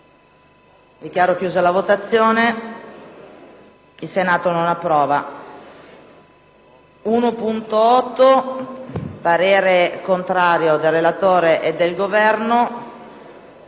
**Il Senato non approva.**